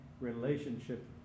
relationship